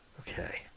Okay